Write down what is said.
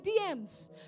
DMs